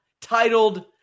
titled